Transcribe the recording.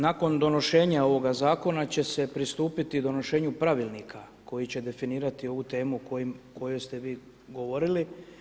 Nakon donošenja ovoga zakona, će se pristupiti donošenju pravilnika koji će definirati ovu temu, o kojoj ste vi govorili.